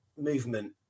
movement